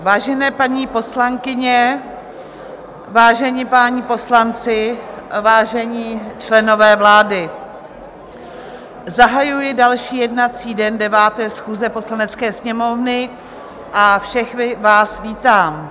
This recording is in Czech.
Vážené paní poslankyně, vážení páni poslanci, vážení členové vlády, zahajuji další jednací den 9. schůze Poslanecké sněmovny a všechny vás vítám.